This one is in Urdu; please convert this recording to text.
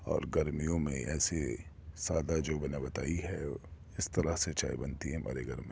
اور گرمیوں میں ایسے سادہ جو میں نے بتائی ہے اس طرح سے چائے بنتی ہے ہمارے گھر میں